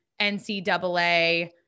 NCAA